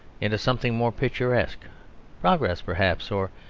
into something more picturesque progress perhaps, or